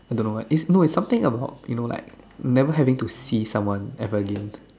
don't know why is no is something about you know like never having to see someone ever again